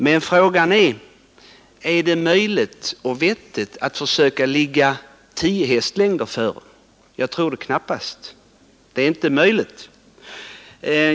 Men fråga är om det är möjligt och vettigt att försöka ligga tio hästlängder före. Jag tror knappast det är möjligt.